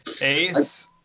Ace